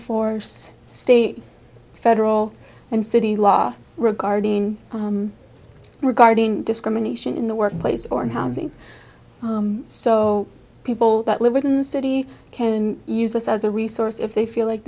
force state federal and city law regarding regarding discrimination in the workplace or housing so people that live within the city can use us as a resource if they feel like